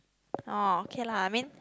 oh okay lah I mean